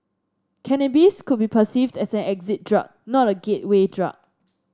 cannabis could be perceived as an exit drug not a gateway drug